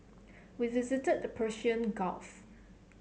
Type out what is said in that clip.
we visited the Persian Gulf